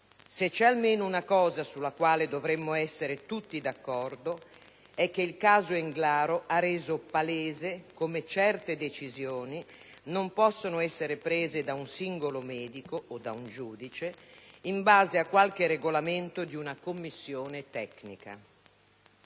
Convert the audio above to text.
Se c'è almeno una cosa sulla quale dovremmo essere tutti d'accordo è che il caso Englaro ha reso palese come certe decisioni non possano essere prese da un singolo medico o da un giudice in base a qualche regolamento di una commissione tecnica.